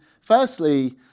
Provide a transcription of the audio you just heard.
firstly